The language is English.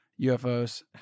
UFOs